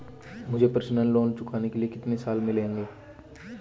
मुझे personal loan चुकाने के लिए कितने साल मिलेंगे?